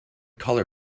color